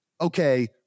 okay